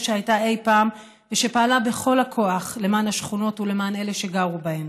שהייתה אי-פעם ושפעלה בכל הכוח למען השכונות ולמען אלה שגרו בהן.